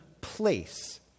place